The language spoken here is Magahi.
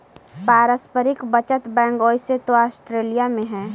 पारस्परिक बचत बैंक ओइसे तो ऑस्ट्रेलिया में हइ